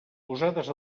posades